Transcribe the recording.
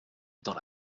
dans